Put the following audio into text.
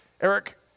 Eric